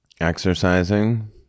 Exercising